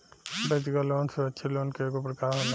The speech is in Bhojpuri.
व्यक्तिगत लोन सुरक्षित लोन के एगो प्रकार होला